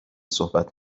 صحبت